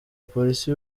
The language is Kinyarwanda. polisi